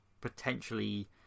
potentially